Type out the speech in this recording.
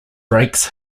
brakes